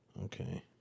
Okay